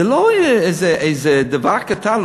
זה לא איזה דבר קטן,